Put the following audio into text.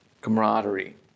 camaraderie